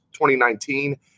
2019